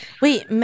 wait